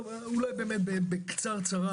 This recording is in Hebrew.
אולי בקצרה,